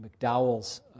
McDowell's